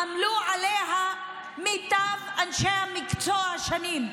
עמלו עליה אנשי המקצוע שנים.